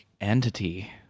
entity